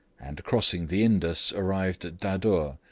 and crossing the indus, arrived at dadur,